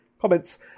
Comments